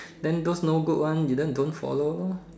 then those no good one you then don't follow lor